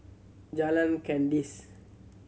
Jalan Kandis